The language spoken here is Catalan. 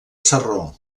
sarró